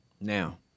Now